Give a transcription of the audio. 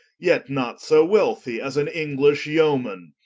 yet not so wealthie as an english yeoman.